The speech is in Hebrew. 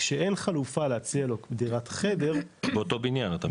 כשאין חלופה להציע לו דירת חדר --- באותו בניין אתה מתכוון.